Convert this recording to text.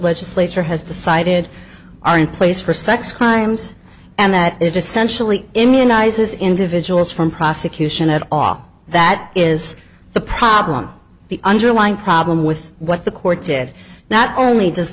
legislature has decided are in place for sex crimes and that it essentially immunizes individuals from prosecution at all that is the problem the underlying problem with what the court did not only does